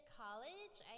college